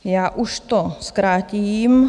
Já už to zkrátím.